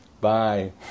bye